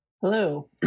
hello